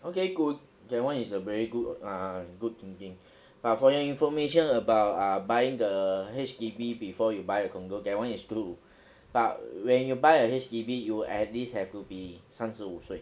okay good that one is a very good ah good thinking but for your information about uh buying the H_D_B before you buy a condo that one is true but when you buy a H_D_B you at least have to be 三十五岁